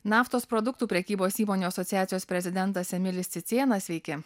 naftos produktų prekybos įmonių asociacijos prezidentas emilis cicėnas sveiki